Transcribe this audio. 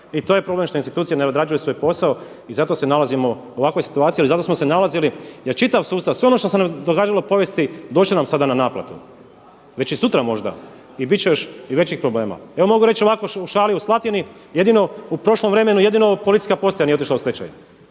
zato se nalazimo u ovakvoj situaciji, ali zato smo se nalazili, jer čitav sustav, sve ono što događalo u povijesti doći će nam sada na naplatu, veći i sutra možda i bit će i većih problema. Evo mogu reći ovako u šali u Slatini jedino u prošlom vremenu jedino policijska postaja nije otišla u stečaj,